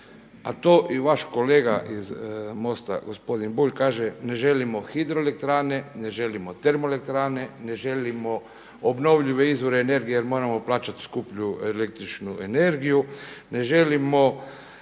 a to i vaš kolega iz MOST-a, gospodin Bulj kaže, ne želimo hidroelektrane, ne želimo termoelektrane, ne želimo obnovljive izvore energije jer moramo plaćati skuplju električnu energiju, ne želimo